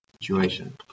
situation